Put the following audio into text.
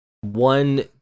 one